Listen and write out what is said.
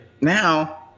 now